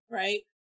right